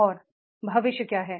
और भविष्य क्या है